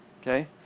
Okay